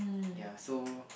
ya so